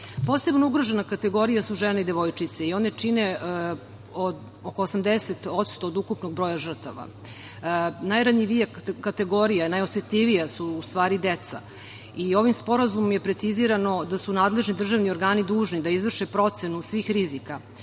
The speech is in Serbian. Posebno ugrožena kategorija su žene i devojčice. One čine oko 80% od ukupnog broja žrtava. Najranjivija i najosetljivija kategorija su deca. Ovim sporazumom je precizirano da su nadležni državni organi dužni da izvrše procenu svih rizika,